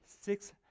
six